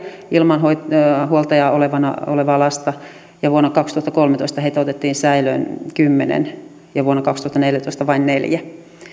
ilman huoltajaa olevaa lasta ja vuonna kaksituhattakolmetoista heitä otettiin säilöön kymmenen ja vuonna kaksituhattaneljätoista vain neljä